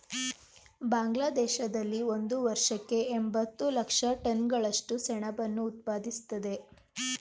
ಬಾಂಗ್ಲಾದೇಶದಲ್ಲಿ ಒಂದು ವರ್ಷಕ್ಕೆ ಎಂಬತ್ತು ಲಕ್ಷ ಟನ್ಗಳಷ್ಟು ಸೆಣಬನ್ನು ಉತ್ಪಾದಿಸ್ತದೆ